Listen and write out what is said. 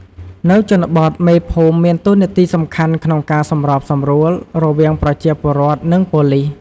នៅជនបទ មេភូមិមានតួនាទីសំខាន់ក្នុងការសម្របសម្រួល រវាងប្រជាពលរដ្ឋ និងប៉ូលិស។